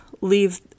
leave